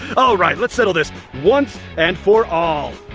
all right let's settle this, once and for all!